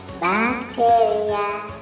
bacteria